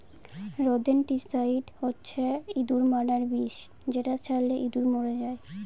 rodenticide হচ্ছে ইঁদুর মারার বিষ যেটা ছড়ালে ইঁদুর মরে যায়